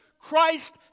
Christ